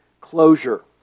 closure